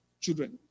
children